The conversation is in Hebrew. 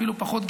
אפילו פחות,